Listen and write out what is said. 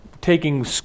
taking